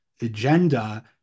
agenda